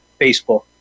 Facebook